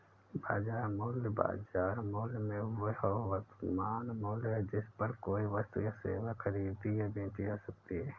बाजार मूल्य, बाजार मूल्य में वह वर्तमान मूल्य है जिस पर कोई वस्तु या सेवा खरीदी या बेची जा सकती है